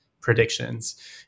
predictions